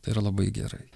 tai yra labai gerai